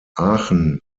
aachen